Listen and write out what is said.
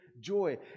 joy